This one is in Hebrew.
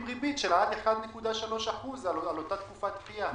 ריבית של עד 1.3 אחוז על אותה תקופת דחייה?